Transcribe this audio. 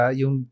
yung